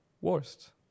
Worst